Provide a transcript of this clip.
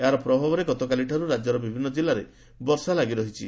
ଏହାର ପ୍ରଭାବରେ ଗତକାଲିଠାରୁ ରାକ୍ୟର ବିଭିନୁ ଜିଲ୍ଲାରେ ବର୍ଷା ଲାଗି ରହିଛି